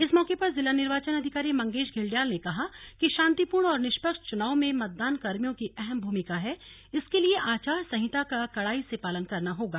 इस मौके पर जिला निर्वाचन अधिकारी मंगेश घिल्डियाल ने कहा कि शांतिपूर्ण और निष्पक्ष चुनाव में मतदान कर्मियों की अहम भूमिका है इसके लिए आचार संहिता का कडाई से पालन करना होगा